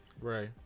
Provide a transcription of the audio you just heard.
Right